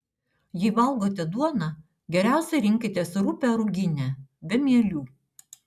jei valgote duoną geriausia rinkitės rupią ruginę be mielių